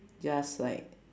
just like